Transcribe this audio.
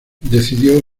decidió